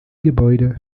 gebäude